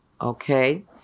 Okay